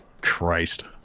christ